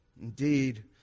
Indeed